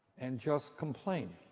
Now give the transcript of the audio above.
and just campaign.